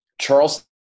Charleston